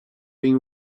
been